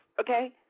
Okay